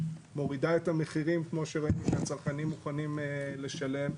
מורידה את המחירים כמו שראינו שהצרכנים מוכנים לשלם,